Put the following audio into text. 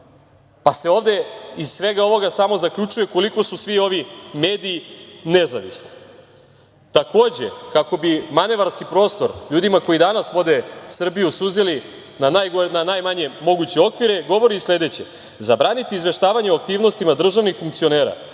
Ovde se iz svega ovoga samo zaključuje koliko su svi ovi mediji nezavisni. Takođe, kako bi manevarski prostor ljudima koji danas vode Srbiju suzili na najmanje moguće okvire, govori i sledeće - zabraniti izveštavanje o aktivnostima državnih funkcionera